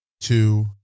two